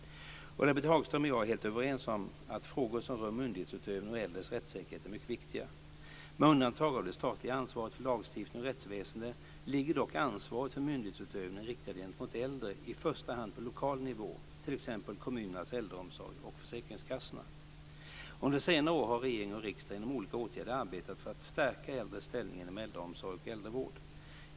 Ulla-Britt Hagström och jag är helt överens om att frågor som rör myndighetsutövning och äldres rättssäkerhet är mycket viktiga. Med undantag av det statliga ansvaret för lagstiftning och rättsväsende ligger dock ansvaret för myndighetsutövning riktad gentemot äldre i första hand på lokal nivå, t.ex. kommunernas äldreomsorg och försäkringskassorna. Under senare år har regering och riksdag genom olika åtgärder arbetat för att stärka äldres ställning inom äldreomsorg och äldrevård.